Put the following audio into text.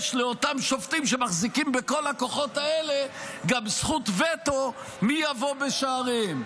יש לאותם שופטים שמחזיקים בכל הכוחות האלה גם זכות וטו מי יבוא בשעריהם.